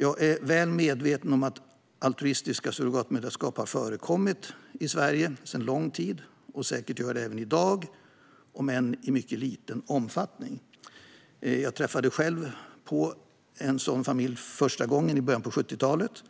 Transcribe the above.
Jag är väl medveten om att altruistiska surrogatmoderskap har förekommit i Sverige sedan lång tid och säkert gör det även i dag, om än i mycket liten omfattning. Jag träffade själv en sådan familj för första gången i början av 70-talet.